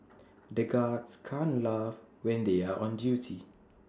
the guards can't laugh when they are on duty